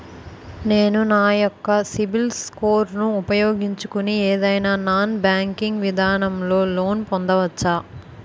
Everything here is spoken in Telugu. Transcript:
నేను నా యెక్క సిబిల్ స్కోర్ ను ఉపయోగించుకుని ఏదైనా నాన్ బ్యాంకింగ్ విధానం లొ లోన్ పొందవచ్చా?